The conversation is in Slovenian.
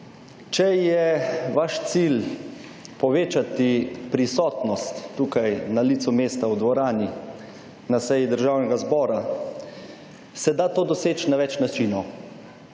Če je vaš cilj povečati prisotnost tu na licu mesta, v dvorani, na seji Državnega zbora, se da to doseči na več načinov.